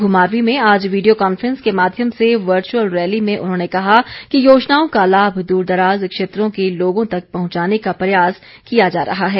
घुमारवीं में आज video conference के माध्यम से वर्चुअल रैली में उन्होंने कहा कि योजनाओं का लाभ दूरदराज क्षेत्रों के लोगों तक पहुंचाने का प्रयास किया जा रहा है